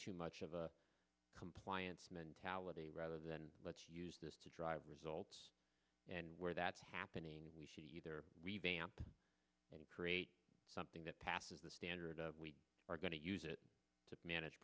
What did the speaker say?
too much of a compliance mentality rather than let's use this to drive results and where that's happening we should either create something that passes a standard of we are going to use it to manage